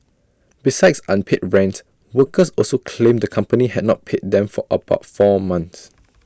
besides unpaid rent workers also claimed the company had not paid them for about four months